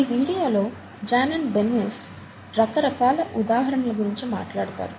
ఈ వీడియోలో Janine Benyus రకరకాల ఉదాహరణల గురించి మాట్లాడతారు